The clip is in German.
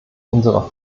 unserer